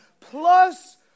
plus